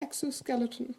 exoskeleton